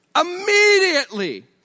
Immediately